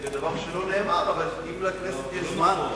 בדבר שלא נאמר, אבל אם לכנסת יש זמן.